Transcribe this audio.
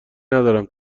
ندارم